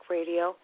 Radio